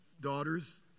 daughters